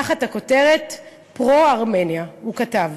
ותחת הכותרת "פרו-ארמניה" הוא כתב: